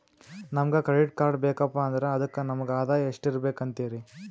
ನಮಗ credit card ಬೇಕಪ್ಪ ಅಂದ್ರ ಅದಕ್ಕ ನಮಗ ಆದಾಯ ಎಷ್ಟಿರಬಕು ಅಂತೀರಿ?